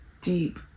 deep